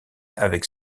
avec